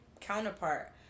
counterpart